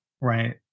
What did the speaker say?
Right